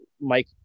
Mike